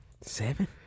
Seven